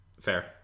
Fair